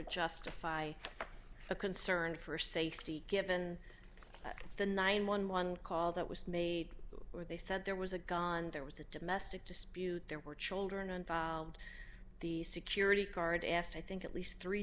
justify a concern for safety given the nine hundred and eleven call that was made where they said there was a gone there was a domestic dispute there were children involved the security guard asked i think at least three